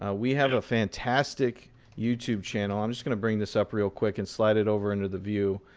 ah we have a fantastic youtube channel. i'm just going to bring this up real quick and slide it over into the view.